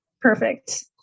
Perfect